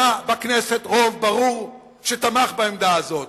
היה בכנסת רוב ברור שתמך בעמדה הזאת.